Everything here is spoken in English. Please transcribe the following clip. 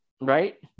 right